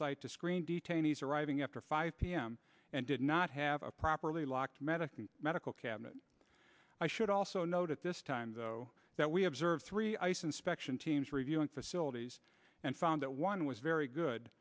site to screen detainees arriving after five p m and did not have a properly locked medically medical cabinet i should also note at this time that we observed three ice inspection teams reviewing facilities and found that one was very good